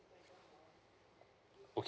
okay